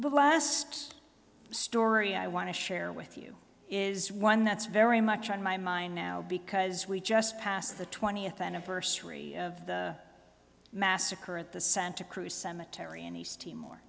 last story i want to share with you is one that's very much on my mind now because we just passed the twentieth anniversary of the massacre at the santa cruz cemetery in east timor